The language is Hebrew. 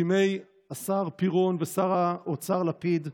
בימי השר פירון ושר האוצר לפיד,